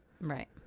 Right